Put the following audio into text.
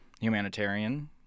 Humanitarian